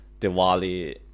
Diwali